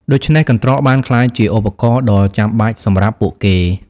ដូច្នេះ កន្ត្រកបានក្លាយជាឧបករណ៍ដ៏ចាំបាច់សម្រាប់ពួកគេ។